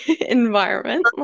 environment